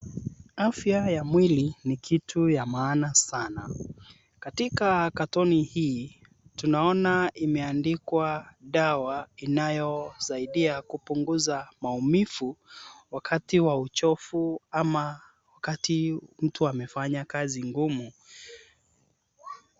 Afya ya mwili ni kitu ya maana sana. Katika katoni hii, tunaona imeandikwa, dawa inayosaidia kupunguza maumivu, wakati wa uchovu ama wakati mtu amefanya kazi ngumu.